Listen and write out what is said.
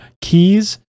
keys